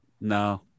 no